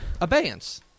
Abeyance